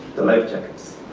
the life jackets?